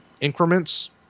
increments